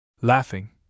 laughing